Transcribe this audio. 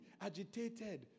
agitated